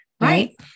Right